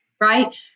Right